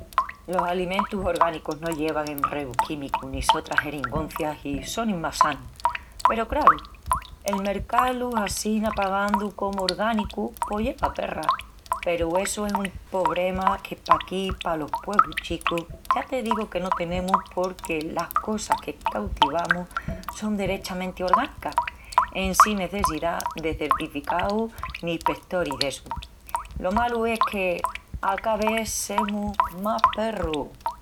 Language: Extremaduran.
Los alimentus orgánicus no llevan enreus químicus ni sotras gerigoncias i sonin más sanus. Peru, craru, el mercá-lus assina pagandu comu orgánicus, pos lleva perras. Peru essu es un pobrema que paquí palos puebrus chicus ya te digu que no tenemus porque las cosas que cautivamus son derechamenti orgánicas, en sin nesseciá de certificaus ni ispetoris d'essus. Lo malu es que a ca vés semus más perrus.